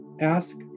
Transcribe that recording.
ask